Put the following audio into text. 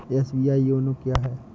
SBI YONO क्या है?